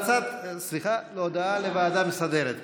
הודעה לוועדה המסדרת.